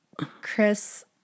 Chris